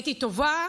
הייתי טובה?